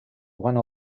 one